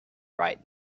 right